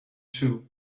too